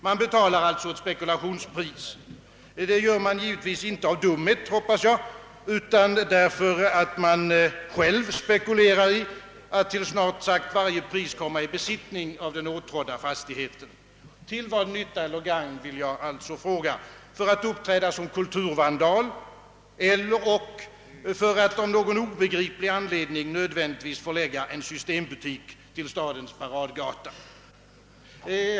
Man betalar alltså ett spekulationspris, givetvis inte av dumhet — hoppas jag — utan på grund av att man själv spekulerat i att till snart sagt varje pris komma i besittning av den åtrådda fastigheten. Jag vill fråga till vad nytta och gagn. Är det för att man önskar uppträda som kulturvandal eller/och för att man av någon obegriplig anledning nödvändigtvis önskar förlägga en systembutik till stadens paradgata?